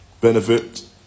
benefit